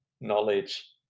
knowledge